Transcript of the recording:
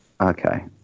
okay